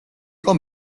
იყო